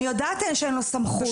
אני יודעת שאין לו סמכות.